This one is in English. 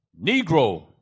Negro